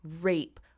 rape